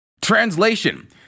Translation